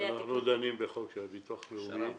אנחנו דנים בחוק של הביטוח הלאומי.